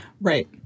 Right